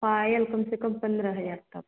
पायल कम से कम पंद्रह हज़ार तक